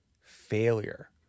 failure